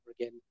again